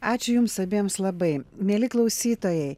ačiū jums abiems labai mieli klausytojai